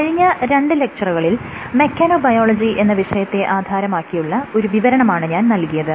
കഴിഞ്ഞ രണ്ട് ലെക്ച്ചറുകളിൽ മെക്കാനോബയോളജി എന്ന വിഷയത്തെ ആധാരമാക്കിയുള്ള ഒരു വിവരണമാണ് ഞാൻ നൽകിയത്